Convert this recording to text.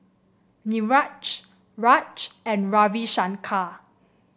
Niraj Raj and Ravi Shankar